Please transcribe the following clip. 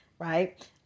right